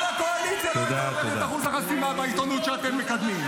כל הקואליציה לא הייתה עוברת את אחוז החסימה בעיתונות שאתם מקדמים.